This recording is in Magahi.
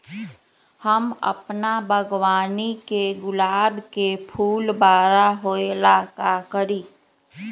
हम अपना बागवानी के गुलाब के फूल बारा होय ला का करी?